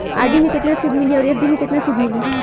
RD मे केतना सूद मिली आउर एफ.डी मे केतना सूद मिली?